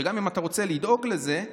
שגם אם אתה רוצה לדאוג לזה,